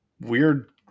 weird